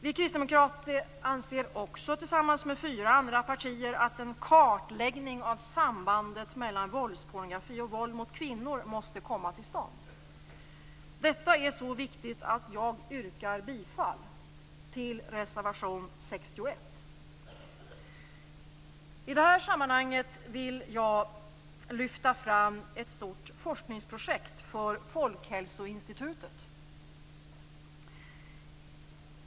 Vi kristdemokrater anser också tillsammans med fyra andra partier att en kartläggning av sambandet mellan våldspornografi och våld mot kvinnor måste komma till stånd. Detta är så viktigt att jag yrkar bifall till reservation nr 61. I detta sammanhang vill jag lyfta fram ett stort forskningsprojekt som bedrivs på uppdrag av Folkhälsoinstitutet.